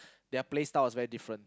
their play style is very different